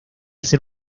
ser